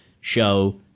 show